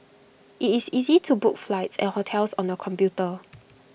IT is easy to book flights and hotels on the computer